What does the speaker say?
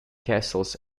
castles